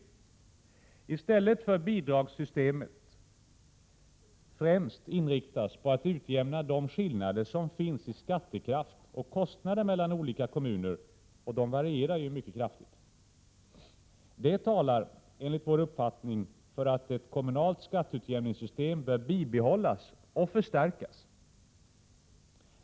Bidragssystemet bör i stället främst inriktas på att utjämna de skillnader som finns i skattekraft och kostnader mellan olika kommuner. De varierar ju mycket kraftigt. Enligt vår uppfattning talar det för att ett kommunalt skatteutjämningssystem bör bibehållas och förstärkas.